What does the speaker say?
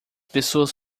pessoas